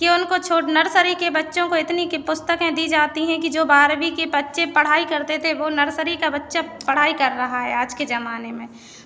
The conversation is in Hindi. कि उनको छोड़ नर्सरी के बच्चों को इतनी पुस्तकें दी जाती हैं कि जो बारवीं के बच्चे पढ़ाई करते थे वो नर्सरी का बच्चा पढ़ाई कर रहा है आज के ज़माने में